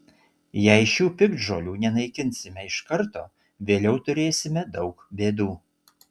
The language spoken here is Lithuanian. jei šių piktžolių nenaikinsime iš karto vėliau turėsime daug bėdų